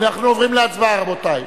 אנחנו עוברים להצבעה, רבותי.